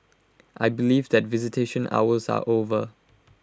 I believe that visitation hours are over